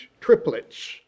triplets